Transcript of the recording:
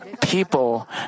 people